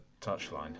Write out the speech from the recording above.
touchline